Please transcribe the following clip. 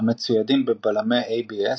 המצוידים בבלמי ABS,